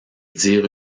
dire